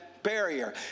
barrier